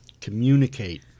Communicate